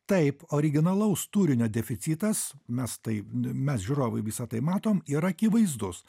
taip originalaus turinio deficitas mes tai mes žiūrovai visa tai matom yra akivaizdus